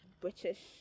british